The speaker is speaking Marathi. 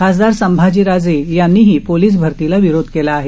खासदार संभाजी राजे यांनीही पोलीस भरतीला विरोध केला आहे